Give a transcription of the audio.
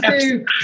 two